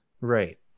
right